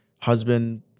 husband